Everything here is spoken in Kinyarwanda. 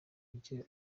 ujye